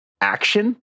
action